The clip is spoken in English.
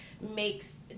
makes